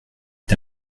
est